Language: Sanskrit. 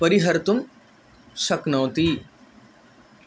परिहर्तुं शक्नोति